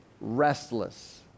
restless